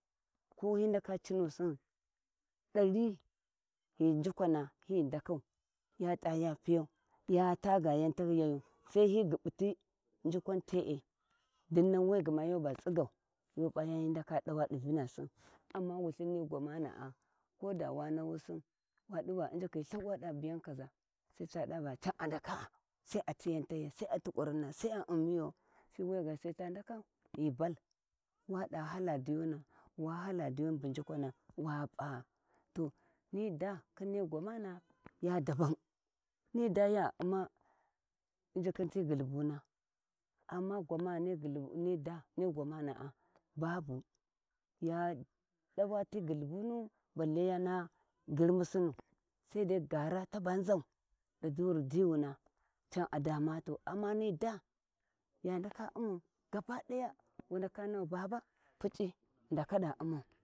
Ko hi ndaka, dari cinusin ghi njukwana ya tat’a ya piyan to hi ndakau ya ta ga yau tihiyayu sai hi guɓɓuti jukwa tee dinnan we gma yaba tsiggau, uo p’a yau hi ndaka dawa di Vinasin amma wulhin ni gwamana’a wa nahusin, wa divu njikhi lthawi wa da biya kaʒa sai diva njikhi lthawi da biyu kaza, sai ta dava can a ndakaa sai a tiyau tahiyi Sai ci ti kurinna sai a un miyo tiwuya ga sai ta ndaka kwi bal wada hala dijuna wa hala diyuna bu njukwana wa p’a to ni daa khin ni gwamana’ ya daban ni daa ya umma injikhin ti gulhubuna amma gwamana babu ya dawa ti gulhubunu bale ya naha girnwusinu sai dai gara ta ban zan di duri diyuna can a damatu amma ni da ya daka umau gab daya baba P’uci’ ghi ndaka da umau.